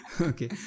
Okay